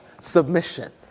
submission